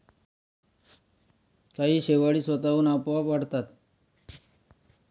काही शेवाळी स्वतःहून आपोआप वाढतात